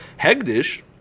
Hegdish